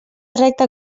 recta